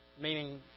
meaning